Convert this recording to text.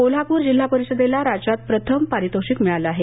कोल्हापूर जिल्हा परिषदेला राज्यात प्रथम पारितोषिक मिळालं आहे